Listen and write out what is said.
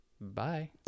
Bye